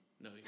No